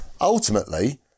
Ultimately